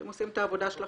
אתם עושים את העבודה שלכם,